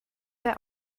der